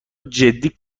جدی